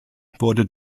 wurde